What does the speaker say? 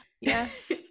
Yes